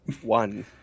one